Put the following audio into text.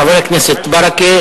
חבר הכנסת ברכה,